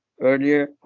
earlier